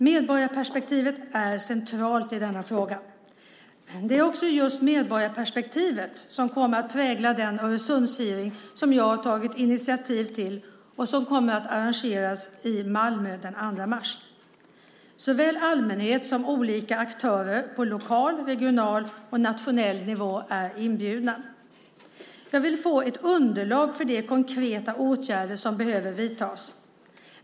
Medborgarperspektivet är centralt i denna fråga. Det är också just medborgarperspektivet som kommer att prägla den Öresundshearing som jag har tagit initiativ till och som kommer att arrangeras i Malmö den 2 mars. Såväl allmänhet som olika aktörer på lokal, regional och nationell nivå är inbjudna. Jag vill få ett underlag för de konkreta åtgärder som behöver vidtas.